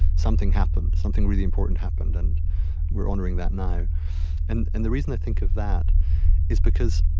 something happened. something really important happened, and we're honoring that now and and the reason i think of that is because,